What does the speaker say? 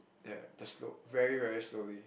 ya they are slow very very slowly